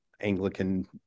anglican